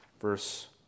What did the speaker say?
verse